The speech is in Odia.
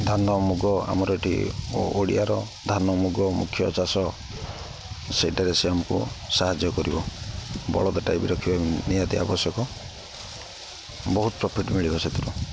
ଧାନ ମୁଗ ଆମର ଏଠି ଓଡ଼ିଆର ଧାନ ମୁଗ ମୁଖ୍ୟ ଚାଷ ସେଇଟାରେ ସେ ଆମକୁ ସାହାଯ୍ୟ କରିବ ବଳଦଟା ବି ରଖିବା ନିହାତି ଆବଶ୍ୟକ ବହୁତ ପ୍ରଫିଟ୍ ମିଳିବ ସେଥିରୁ